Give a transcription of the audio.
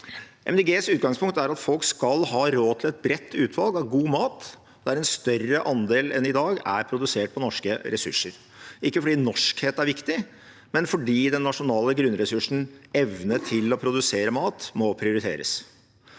utgangspunkt er at folk skal ha råd til et bredt utvalg av god mat, der en større andel enn i dag er produsert på norske ressurser – ikke fordi norskhet er viktig, men fordi den nasjonale grunnressursens evne til å produsere mat må prioriteres.